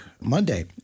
Monday